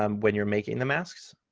um when you're making the masks,